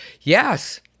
yes